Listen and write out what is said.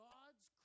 God's